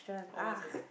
or was it